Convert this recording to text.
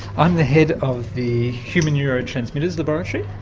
i'm the head of the human neurotransmitters laboratory